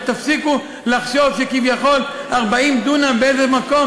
תפסיקו לחשוב שכביכול 40 דונם באיזה מקום